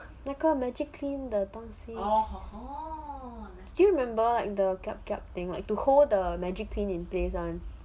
那个 magic clean 的东西 do you remember the kiap kiap thing like to hold the magic clean in place [one]